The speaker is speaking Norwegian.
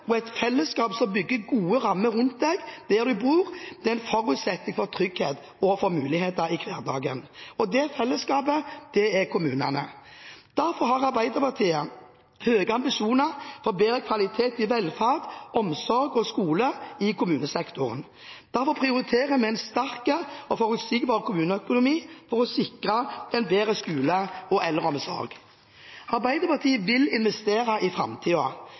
og et fellesskap som bygger gode rammer rundt en der en bor, er en forutsetning for trygghet og for muligheter i hverdagen. Det fellesskapet er kommunene. Derfor har Arbeiderpartiet høye ambisjoner for bedre kvalitet i velferd, omsorg og skole i kommunesektoren. Derfor prioriterer vi en sterk og forutsigbar kommuneøkonomi for å sikre en bedre skole og eldreomsorg. Arbeiderpartiet vil investere i